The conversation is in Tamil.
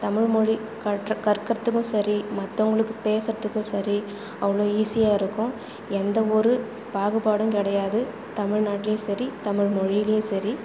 தமிழ்மொழி கற்ற கற்கிறதுக்கும் சரி மற்றவங்களுக்கு பேசுறதுக்கும் சரி அவ்வளோ ஈஸியாக இருக்கும் எந்த ஒரு பாகுபாடும் கிடையாது தமிழ்நாட்லேயும் சரி தமிழ்மொழியிலேயும் சரி